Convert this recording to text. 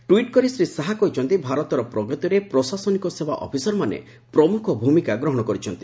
tweet କରି ଶ୍ରୀ ଶାହା କହିଛନ୍ତି ଭାରତର ପ୍ରଗତିରେ ପ୍ରଶାସନିକ ସେବା ଅଫିସରମାନେ ପ୍ରମୁଖ ଭୂମିକା ଗ୍ରହଣ କରିଛନ୍ତି